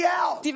out